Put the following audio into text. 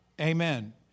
Amen